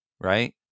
right